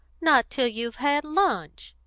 not till you've had lunch,